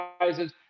rises